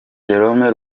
jerome